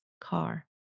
Car